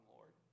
Lord